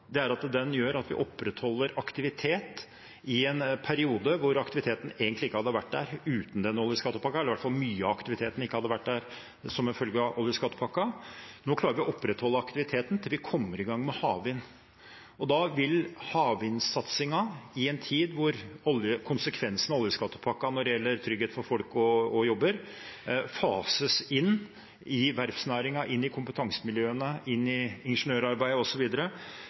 er at den gjør at vi opprettholder aktivitet i en periode da aktiviteten – i hvert fall mye av den – ikke hadde vært der uten den. Nå klarer vi å opprettholde aktiviteten til vi kommer i gang med havvind. Da vil havvindsatsingen, i en tid da konsekvensene av oljeskattepakken, med trygghet for folk og jobber, fases inn i verftsnæringen, kompetansemiljøene, ingeniørarbeid, osv., slik at vi får opprettholdt aktivitet også etter 2027. Det synes jeg er en god konsekvens av den oljeskattepakken som vi har laget. I